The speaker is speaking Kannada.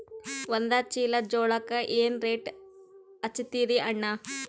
ಒಂದ ಚೀಲಾ ಜೋಳಕ್ಕ ಏನ ರೇಟ್ ಹಚ್ಚತೀರಿ ಅಣ್ಣಾ?